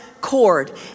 cord